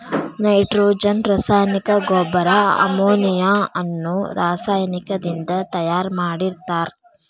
nitrogen ರಾಸಾಯನಿಕ ಗೊಬ್ಬರ ammonia ಅನ್ನೋ ರಾಸಾಯನಿಕದಿಂದ ತಯಾರ್ ಮಾಡಿರ್ತಾರ